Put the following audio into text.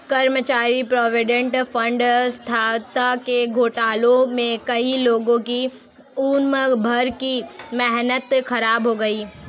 कर्मचारी provident fund संस्था के घोटाले में कई लोगों की उम्र भर की मेहनत ख़राब हो गयी